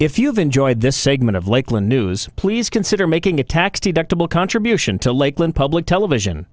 if you've enjoyed this segment of likely news please consider making a tax deductible contribution to lakeland public television